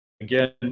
Again